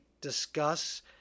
discuss